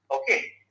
Okay